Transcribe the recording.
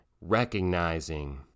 recognizing